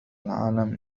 العالم